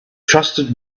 trusted